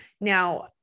Now